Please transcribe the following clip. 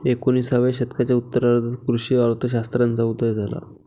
एकोणिसाव्या शतकाच्या उत्तरार्धात कृषी अर्थ शास्त्राचा उदय झाला